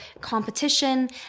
competition